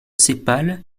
sépales